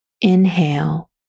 Inhale